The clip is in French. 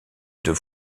deux